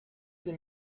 sie